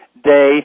Day